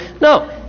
No